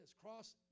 cross